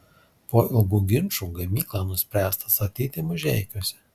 po ilgų ginčų gamyklą nuspręsta statyti mažeikiuose